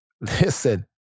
Listen